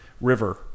River